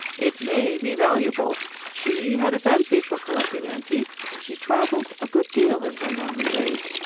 it may be valuable she had a fancy for collecting antiques, and she traveled a good deal in her younger days.